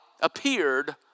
appeared